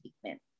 treatment